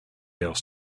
else